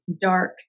dark